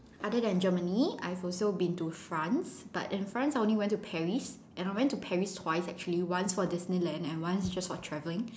other than Germany I've also been to France but in France I only went to Paris and I went to Paris twice actually once for Disneyland and once just for traveling